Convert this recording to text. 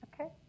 Okay